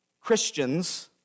Christians